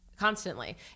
Constantly